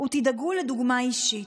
תדאגו לדוגמה אישית,